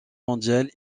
mondiale